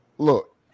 Look